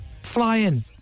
flying